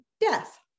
death